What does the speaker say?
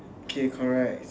k correct